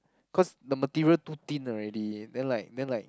cause the material too thin already then like then like